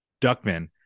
Duckman